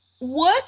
work